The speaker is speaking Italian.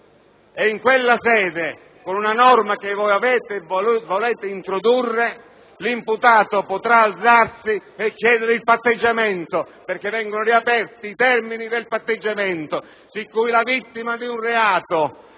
e in quella sede, con una norma che voi volete introdurre, l'imputato potrà alzarsi e chiedere il patteggiamento, perché vengono riaperti i termini del patteggiamento; in tal modo, la vittima di un reato